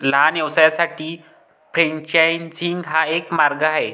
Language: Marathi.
लहान व्यवसायांसाठी फ्रेंचायझिंग हा एक मार्ग आहे